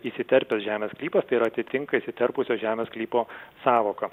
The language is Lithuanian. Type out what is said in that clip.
įsiterpęs žemės sklypas tai yra atitinka įsiterpusio žemės sklypo sąvoką